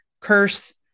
curse